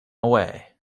away